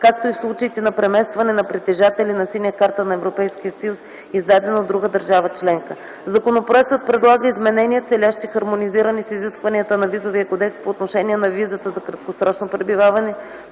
както и в случаите на преместване на притежатели на „синя карта на Европейския съюз”, издадена от друга държава членка. Законопроектът предлага изменения, целящи хармонизиране с изискванията на Визовия кодекс по отношение на визата за краткосрочно пребиваване,